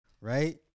Right